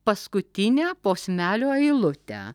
paskutinę posmelio eilutę